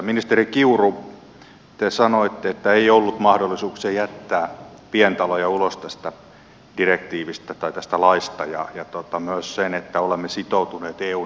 ministeri kiuru te sanoitte että ei ollut mahdollisuuksia jättää pientaloja ulos tästä laista ja myös sen että olemme sitoutuneet eun ilmastotavoitteisiin